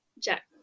Jack